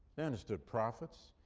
they understood profits.